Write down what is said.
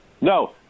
No